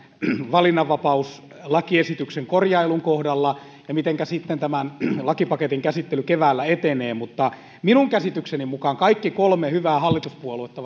valinnanvapauslakiesityksen korjailun kohdalla ja mitenkä sitten tämän lakipaketin käsittely keväällä etenee minun käsitykseni mukaan kaikki kolme hyvää hallituspuoluetta